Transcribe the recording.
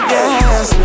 Yes